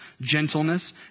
gentleness